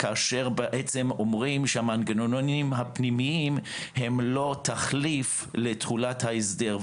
כאשר אומרים שהמנגנונים הפנימיים הם לא תחליף לתחולת ההסדר.